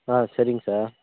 ஆ சரிங்க சார்